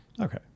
Okay